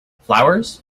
flowers